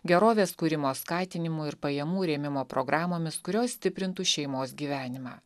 gerovės kūrimo skatinimu ir pajamų rėmimo programomis kurios stiprintų šeimos gyvenimą